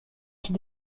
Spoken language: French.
qui